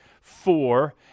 four